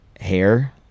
hair